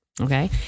Okay